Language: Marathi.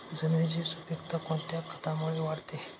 जमिनीची सुपिकता कोणत्या खतामुळे वाढते?